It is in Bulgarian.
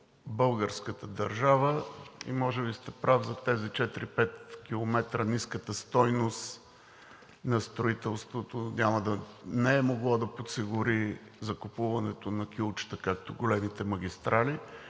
българската държава. Може би сте прав за тези 4 – 5 км, ниската стойност на строителството – не е могло да подсигури закупуването на кюлчета, както големите магистрали.